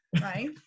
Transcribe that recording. right